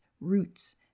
roots